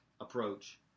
approach